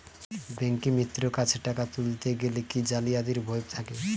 ব্যাঙ্কিমিত্র কাছে টাকা তুলতে গেলে কি জালিয়াতির ভয় থাকে?